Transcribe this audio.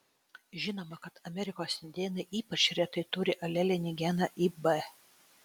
žinoma kad amerikos indėnai ypač retai turi alelinį geną ib